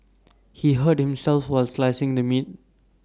he hurt himself while slicing the meat